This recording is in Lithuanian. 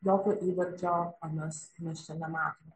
jokio įvardžio anas mes čia nematome